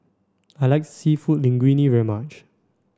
I like Seafood Linguine very much